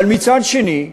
אבל מצד שני,